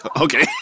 Okay